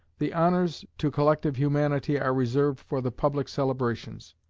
the honours to collective humanity are reserved for the public celebrations.